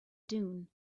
dune